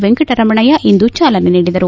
ವೆಂಕಟರಮಣಯ್ಹ ಇಂದು ಚಾಲನೆ ನೀಡಿದರು